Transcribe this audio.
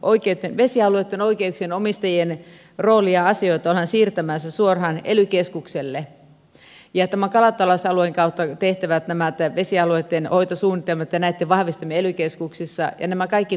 esimerkiksi vesialueitten oikeuksien omistajien roolia ja asioita ollaan siirtämässä suoraan ely keskukselle ja nämä kalatalousalueen kautta tehtävät vesialueitten hoitosuunnitelmat ja näitten vahvistaminen ely keskuksissa ja nämä kaikki kuviot